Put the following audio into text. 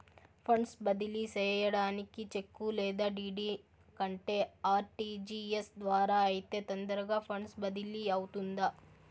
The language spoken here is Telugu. ఫండ్స్ బదిలీ సేయడానికి చెక్కు లేదా డీ.డీ కంటే ఆర్.టి.జి.ఎస్ ద్వారా అయితే తొందరగా ఫండ్స్ బదిలీ అవుతుందా